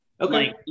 Okay